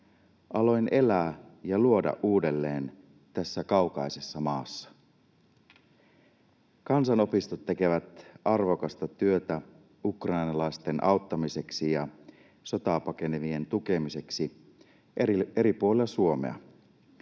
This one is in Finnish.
Aloin elää ja luoda uudelleen tässä kaukaisessa maassa.” Kansanopistot tekevät arvokasta työtä ukrainalaisten auttamiseksi ja sotaa pakenevien tukemiseksi eri puolilla Suomea.